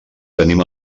tenim